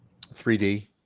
3d